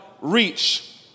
reach